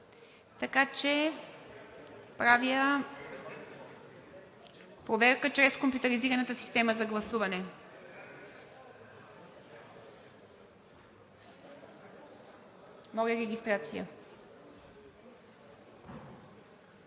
сега. Правя проверка чрез компютъризираната система за гласуване. Има регистрирани